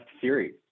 series